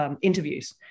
interviews